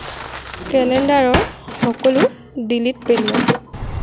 কেলেণ্ডাৰৰ সকলো ডিলিট পেলোৱা